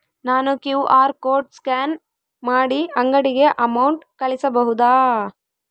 ನಾನು QR code scan ಮಾಡಿ ಅಂಗಡಿಗೆ ಅಮೌಂಟ್ ಕಳಿಸಬಹುದಾ?